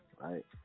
right